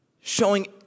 showing